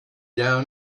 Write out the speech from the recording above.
down